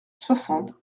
soixante